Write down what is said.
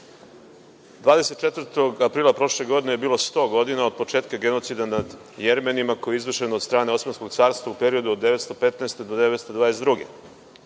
24. aprila prošle godine je bilo 100 godina od početka genocida nad Jermenima koji je izvršen od strane Osmanskog carstva u periodu od 1915. godine